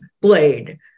blade